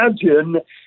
imagine